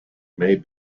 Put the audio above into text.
may